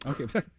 okay